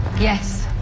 Yes